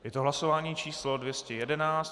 Je to hlasování číslo 211.